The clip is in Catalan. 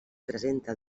presenta